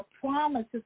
promises